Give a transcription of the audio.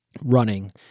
running